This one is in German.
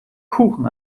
kuchen